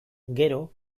gero